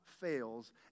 fails